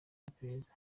y’iperereza